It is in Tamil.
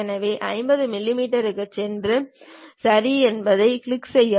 எனவே 50 மில்லிமீட்டருக்குச் சென்று சரி என்பதைக் கிளிக் செய்க